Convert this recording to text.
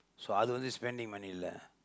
so அது வந்து:athu vandthu spending money இல்ல:illa